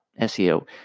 SEO